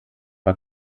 war